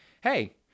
hey